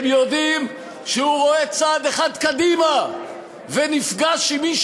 הם יודעים שהוא רואה צעד אחד קדימה ונפגש עם מי